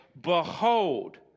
Behold